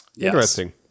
Interesting